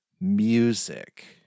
music